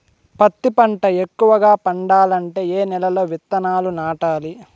పత్తి పంట ఎక్కువగా పండాలంటే ఏ నెల లో విత్తనాలు నాటాలి?